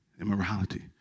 Immorality